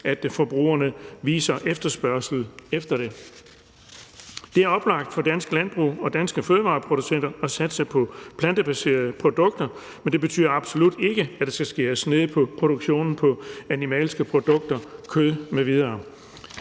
at forbrugerne viser efterspørgsel efter det. Det er oplagt for dansk landbrug og danske fødevareproducenter at satse på plantebaserede produkter, men det betyder absolut ikke, at der skal skæres ned på produktionen af animalske produkter – kød m.v.